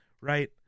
right